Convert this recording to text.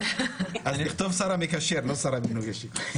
בסדר, אז נכתוב השר המקשר, לא שר הבינוי והשיכון.